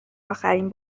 اخرین